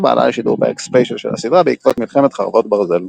עלה לשידור פרק ספיישל של הסדרה בעקבות מלחמת חרבות ברזל.